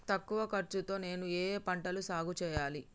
తక్కువ ఖర్చు తో నేను ఏ ఏ పంటలు సాగుచేయాలి?